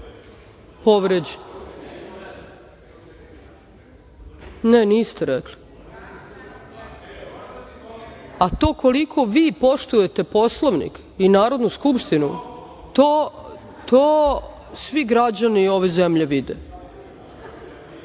niste rekli.A, to koliko vi poštujete Poslovnik i Narodnu skupštinu, to svi građani ove zemlje